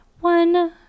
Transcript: one